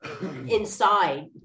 inside